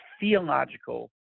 theological